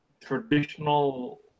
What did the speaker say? traditional